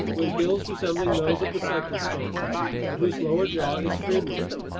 with gills resembling those of the cyclostomes but whose lower jaw is free-moving.